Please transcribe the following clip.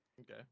Okay